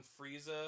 frieza